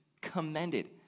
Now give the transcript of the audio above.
commended